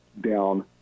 down